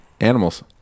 animals